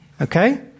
Okay